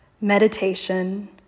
meditation